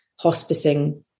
hospicing